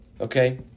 Okay